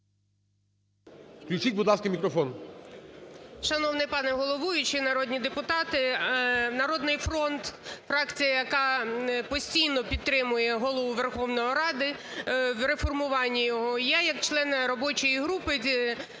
Включіть, будь ласка, мікрофон.